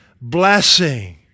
Blessing